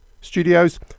studios